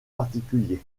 particuliers